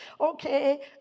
okay